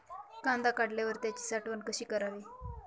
कांदा काढल्यावर त्याची साठवण कशी करावी?